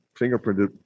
fingerprinted